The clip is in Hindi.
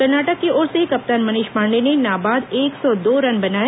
कर्नाटक की ओर से कप्तान मनीष पांडे ने नाबाद एक सौ दो रन बनाए